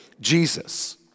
Jesus